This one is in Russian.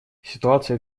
ситуация